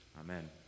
Amen